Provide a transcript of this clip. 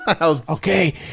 Okay